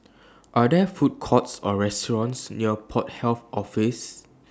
Are There Food Courts Or restaurants near Port Health Office